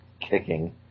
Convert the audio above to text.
kicking